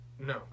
No